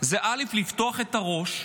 זה לפתוח את הראש,